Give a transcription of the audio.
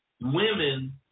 women